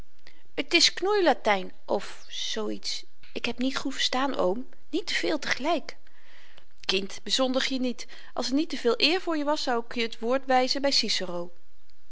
t is knoeilatyn of zoo iets ik heb niet goed verstaan oom niet te veel te gelyk kind bezondig je niet als t niet te veel eer voor je was zou ik je t woord wyzen by